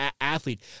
athlete